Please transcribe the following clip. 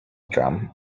drum